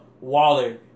Waller